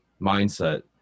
mindset